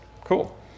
Cool